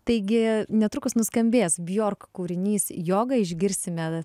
taigi netrukus nuskambės bjork kūrinys yoga išgirsime